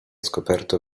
scoperto